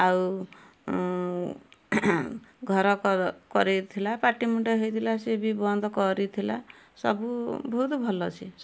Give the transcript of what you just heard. ଆଉ ଘର କର କରେଇଥିଲା ପାଟିମୁଣ୍ଡ ହେଇଥିଲା ସିଏ ବି ବନ୍ଦ କରିଥିଲା ସବୁ ବହୁତ ଭଲ ସିଏ